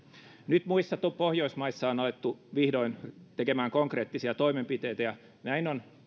nyt muissa pohjoismaissa on alettu vihdoin tekemään konkreettisia toimenpiteitä ja näin on